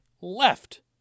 left